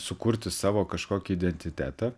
sukurti savo kažkokį identitetą